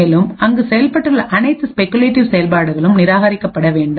மேலும் அங்கு செய்யப்பட்டுள்ள அனைத்து ஸ்பெகுலேட்டிவ் செயல்பாடுகளும் நிராகரிக்கப்பட வேண்டும்